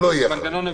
מנגנון הוויסות.